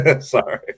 Sorry